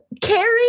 Carrie